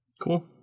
Cool